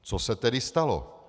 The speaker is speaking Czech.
Co se tedy stalo?